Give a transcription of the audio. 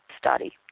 study